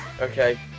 Okay